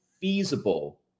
feasible